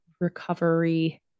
recovery